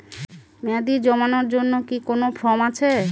মেয়াদী জমানোর জন্য কি কোন ফর্ম আছে?